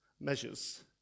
measures